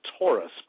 Taurus